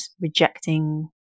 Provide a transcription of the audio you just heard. rejecting